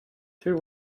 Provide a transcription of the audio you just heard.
two